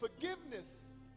forgiveness